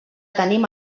tenim